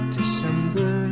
December